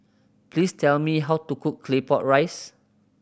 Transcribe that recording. please tell me how to cook Claypot Rice